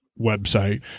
website